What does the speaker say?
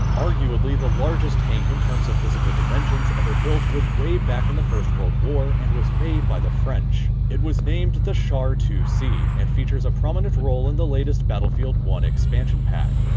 arguably, the largest tank, in terms of physical dimensions, ever built, was way back in the first world war, and was made by the french. it was named, the char two c, and features a prominent roll in the latest battlefield one' expansion pack.